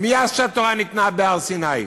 מאז ניתנה התורה בהר-סיני.